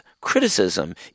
criticism